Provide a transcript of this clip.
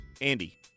Andy